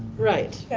right,